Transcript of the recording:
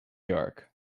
york